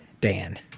Dan